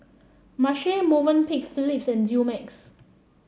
Marche Movenpick Phillips and Dumex